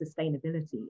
sustainability